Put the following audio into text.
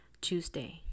Tuesday